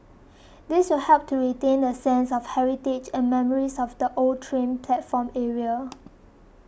this will help to retain the sense of heritage and memories of the old train platform area